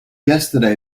yesterday